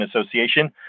Association